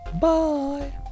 Bye